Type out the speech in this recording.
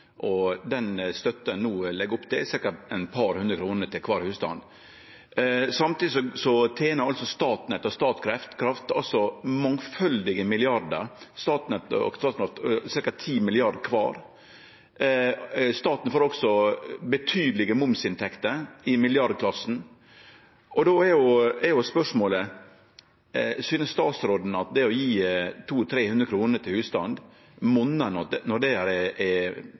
Den støtta ein no legg opp til, er ca. eit par hundre kroner til kvar husstand. Samtidig tener altså Statnett og Statkraft mangfaldige milliardar, ca. 10 mrd. kr kvar. Staten får også betydelege momsinntekter i milliardklassen. Då er spørsmålet: Synest statsråden at det å gje 200–300 kr til husstandane monnar når det er